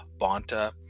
Bonta